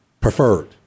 preferred